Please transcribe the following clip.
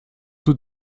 tout